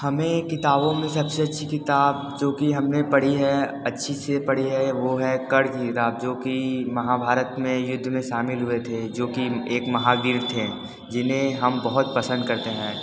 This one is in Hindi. हमें किताबों में सबसे अच्छी किताब जो कि हमने पढ़ी है अच्छी से पढ़ी है वो है कर्ण की किताब जो कि महाभारत में युद्ध में शामिल हुए थे जो कि एक महावीर थे जिन्हें हम बहुत पसंद करते हैं